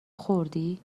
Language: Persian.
خوردی